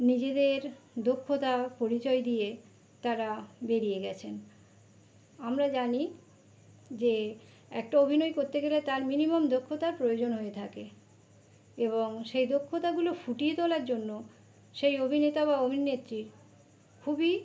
নিজেদের দক্ষতা পরিচয় দিয়ে তারা বেরিয়ে গেছেন আমরা জানি যে একটা অভিনয় করতে গেলে তার মিনিমাম দক্ষতার প্রয়োজন হয়ে থাকে এবং সেই দক্ষতাগুলো ফুটিয়ে তোলার জন্য সেই অভিনেতা বা অভিনেত্রীর খুবই